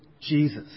Jesus